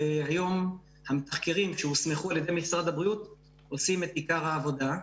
והיום המתחקרים שהוסמכו על ידי משרד הבריאות עושים את העיקר העבודה.